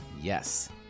yes